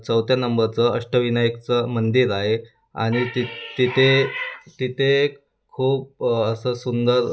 चौथ्या नंबरचं अष्टविनायकचं मंदिर आहे आणि तित तिथे तिथे खूप असं सुंदर